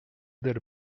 del